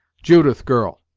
judith, girl,